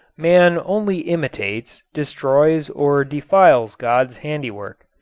man only imitates, destroys or defiles god's handiwork.